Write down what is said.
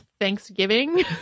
Thanksgiving